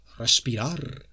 respirar